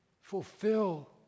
fulfill